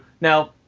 Now